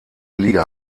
liga